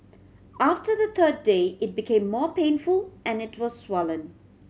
after the third day it became more painful and it was swollen